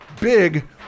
big